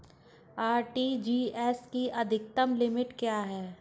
RTGS की अधिकतम limit क्या है?